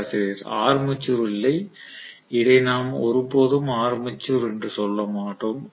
பேராசிரியர் ஆர்மேச்சர் இல்லை இதை நாம் ஒருபோதும் ஆர்மேச்சர் என்று சொல்ல மாட்டோம்